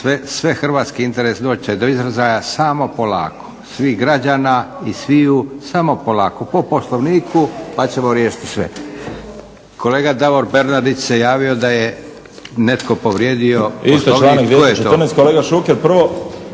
Svehrvatski interes doći će do izražaja, samo polako, svih građana i sviju, samo polako. Po Poslovniku pa ćemo riješiti sve. Kolega Davor Bernardić se javio da je netko povrijedio